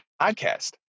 podcast